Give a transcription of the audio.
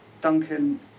Duncan